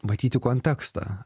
matyti kontekstą